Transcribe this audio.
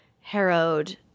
harrowed